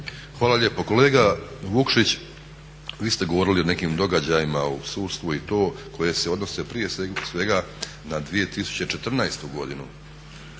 Hvala lijepo. Kolega Vukšić, vi ste govorili o nekim događajima u sudstvu i to koje se odnose prije svega na 2014. godinu